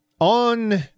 On